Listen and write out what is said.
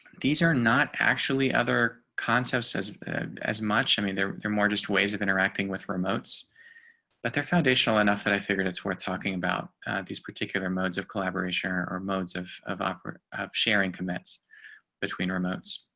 these are not actually other concepts as as much. i mean, there are more just ways of interacting with remotes but they're foundational enough that i figured it's worth talking about these particular modes of collaboration or or modes of of awkward of sharing commits between remotes